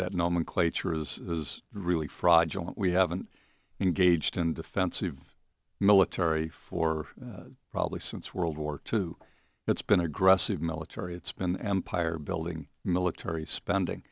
that nomenclature is really fraudulent we haven't engaged in defensive military for probably since world war two it's been aggressive military it's been empire building military spending